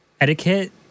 etiquette